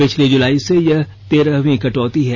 पिछली जुलाई से यह तेरहवीं कटौती है